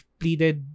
pleaded